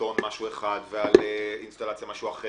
בטון יש משהו אחד ועל אינסטלציה משהו אחר